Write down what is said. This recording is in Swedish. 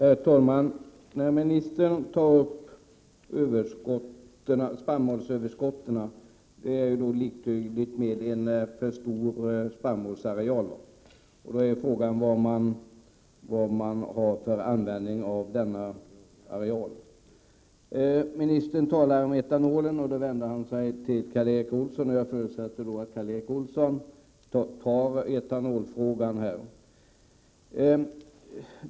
Herr talman! Jordbruksministern tar upp spannmålsöverskottet. Spannmålsöverskott är då liktydigt med en för stor spannmålsareal. Då är frågan vad man har för användning för denna areal. Ministern talar vidare om etanol och vänder sig då till Karl Erik Olsson. Jag förutsätter att Karl Erik Olsson kommenterar etanolfrågan.